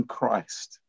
Christ